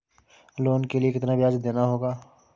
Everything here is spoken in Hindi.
लोन के लिए कितना ब्याज देना होगा?